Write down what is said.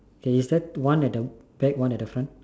can you set one at the back one at the front